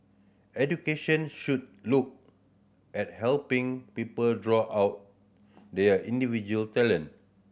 education should look at helping people draw out their individual talent